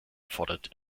erfordert